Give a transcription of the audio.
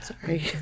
Sorry